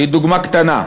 שהיא דוגמה קטנה,